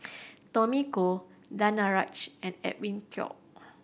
Tommy Koh Danaraj and Edwin Koek